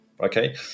okay